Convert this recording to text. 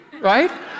right